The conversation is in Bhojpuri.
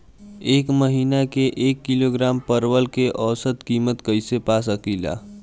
एक महिना के एक किलोग्राम परवल के औसत किमत कइसे पा सकिला?